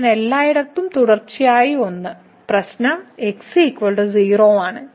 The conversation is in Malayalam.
ഫംഗ്ഷൻ എല്ലായിടത്തും തുടർച്ചയായ 1 പ്രശ്നം x 0 ആണ്